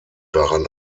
daran